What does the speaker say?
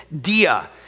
dia